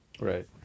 Right